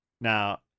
Now